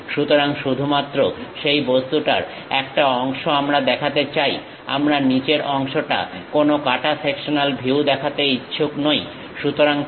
সুতরাং শুধুমাত্র সেই বস্তুটার একটা অংশ আমরা দেখাতে চাই আমরা নিচের অংশের কোনো কাঁটা সেকশনাল ভিউ দেখাতে ইচ্ছুক নই